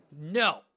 No